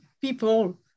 people